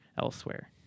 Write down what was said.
elsewhere